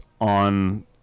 on